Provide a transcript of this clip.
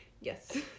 Yes